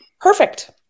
Perfect